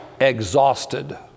Exhausted